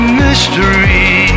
mystery